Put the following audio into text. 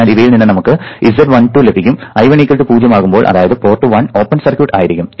അതിനാൽ ഇവയിൽ നിന്ന് നമുക്ക് Z12 ലഭിക്കും I1 0 ആകുമ്പോൾ അതായത് പോർട്ട് 1 ഓപ്പൺ സർക്യൂട്ടഡ് ആയിരിക്കും